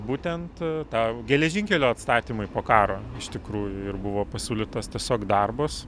būtent tą geležinkelio atstatymui po karo iš tikrųjų ir buvo pasiūlytas tiesiog darbas